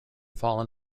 fallen